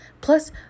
Plus